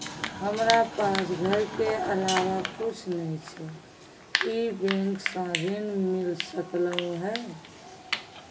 हमरा पास घर के अलावा कुछ नय छै ई बैंक स ऋण मिल सकलउ हैं?